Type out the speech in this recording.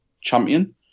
champion